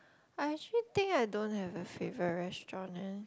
I actually think I don't have a favourite restaurant eh